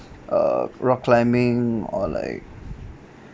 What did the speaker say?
uh rock climbing or like